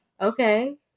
Okay